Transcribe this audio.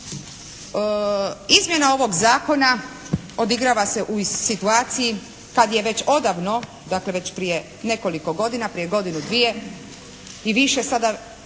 Izmjena ovog zakona odigrava se u situaciji kad je već odavno, dakle već prije nekoliko godina, prije godinu dvije i više sada,